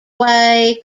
away